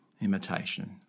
Imitation